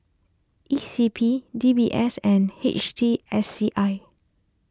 E C P D B S and H T S C I